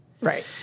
Right